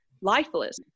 lifeless